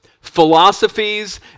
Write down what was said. Philosophies